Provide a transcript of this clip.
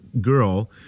girl